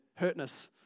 Hurtness